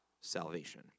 salvation